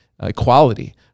equality